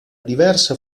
diversa